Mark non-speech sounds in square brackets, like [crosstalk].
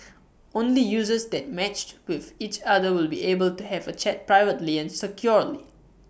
[noise] only users that matched with each other will be able to have A chat privately and securely